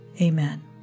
Amen